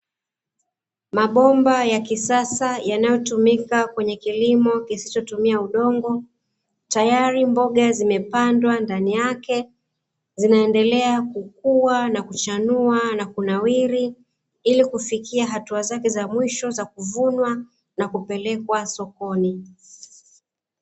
Mabomba ya kisasa yanayotumika kwenye kilimo kisicho tumia udongo, tayari mboga zimepandwa ndani yake zimeendelea kukua na kuchanua nakunawiri, ilikufikia hatua zake za mwisho za kuvunwa nakupelekwa sokoni.